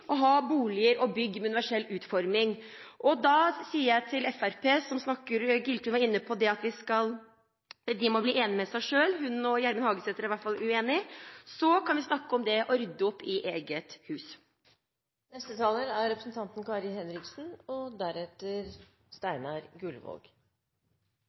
å ha boliger og bygg med universell utforming. Fremskrittspartiet må bli enige med seg selv – Vigdis Giltun og Gjermund Hagesæter er i hvert fall uenige – så kan vi snakke om det å rydde opp i eget hus. Jeg vil også stille meg i gratulantenes rekker, og